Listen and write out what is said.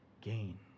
gain